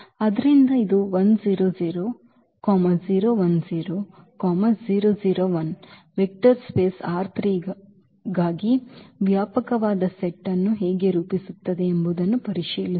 ಆದ್ದರಿಂದ ಇದುವೆಕ್ಟರ್ ಸ್ಪೇಸ್ ಗಾಗಿ ವ್ಯಾಪಕವಾದ ಸೆಟ್ ಅನ್ನು ಹೇಗೆ ರೂಪಿಸುತ್ತದೆ ಎಂಬುದನ್ನು ಪರಿಶೀಲಿಸೋಣ